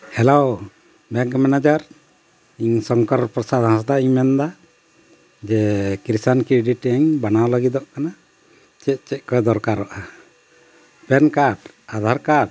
hello bank manager ᱤᱧ ᱥᱚᱝᱠᱚᱨ ᱯᱨᱚᱥᱟᱫᱽ ᱦᱟᱸᱥᱫᱟᱜ ᱤᱧ ᱢᱮᱱᱫᱟ ᱡᱮ ᱠᱤᱥᱟᱱ ᱠᱨᱮᱰᱤᱴ ᱤᱧ ᱵᱮᱱᱟᱣ ᱞᱟᱹᱜᱤᱫᱚᱜ ᱠᱟᱱᱟ ᱪᱮᱫ ᱪᱮᱫ ᱠᱚ ᱫᱚᱨᱠᱟᱨᱚᱜᱼᱟ ᱯᱮᱱ ᱠᱟᱨᱰ ᱟᱫᱷᱟᱨ ᱠᱟᱨᱰ